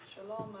שלום.